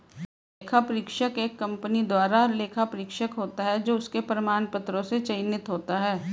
लेखा परीक्षक एक कंपनी द्वारा लेखा परीक्षक होता है जो उसके प्रमाण पत्रों से चयनित होता है